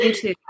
youtube